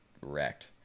wrecked